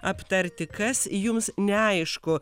aptarti kas jums neaišku